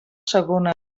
segona